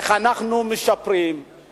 איך אנחנו משפרים,